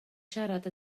siarad